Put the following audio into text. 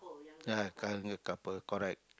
ya younger couple correct